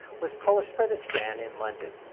was published by the strand in london.